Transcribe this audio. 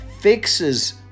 fixes